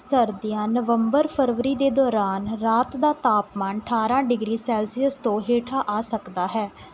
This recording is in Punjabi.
ਸਰਦੀਆਂ ਨਵੰਬਰ ਫਰਵਰੀ ਦੇ ਦੌਰਾਨ ਰਾਤ ਦਾ ਤਾਪਮਾਨ ਅਠਾਰ੍ਹਾਂ ਡਿਗਰੀ ਸੈਲਸੀਅਸ ਤੋਂ ਹੇਠਾਂ ਆ ਸਕਦਾ ਹੈ